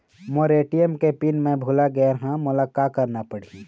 मोर ATM के PIN मैं भुला गैर ह, मोला का करना पढ़ही?